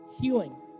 healing